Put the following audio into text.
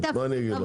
מה אני אגיד לך?